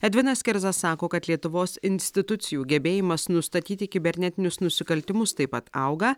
edvinas kerza sako kad lietuvos institucijų gebėjimas nustatyti kibernetinius nusikaltimus taip pat auga